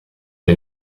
che